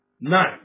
nine